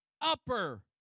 upper